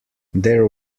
there